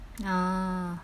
ah